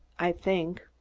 i think.